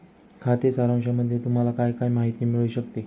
खाते सारांशामध्ये तुम्हाला काय काय माहिती मिळू शकते?